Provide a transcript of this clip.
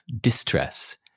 distress